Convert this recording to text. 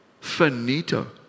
Finito